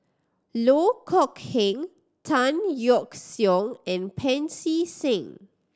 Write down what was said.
Loh Kok Heng Tan Yeok Seong and Pancy Seng